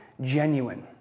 Genuine